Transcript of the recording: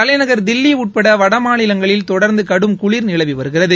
தலைநகர் தில்லி உட்பட வடமாநிலங்களில் தொடர்ந்து கடும் குளிர் நிலவி வருகிறது